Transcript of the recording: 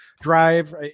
drive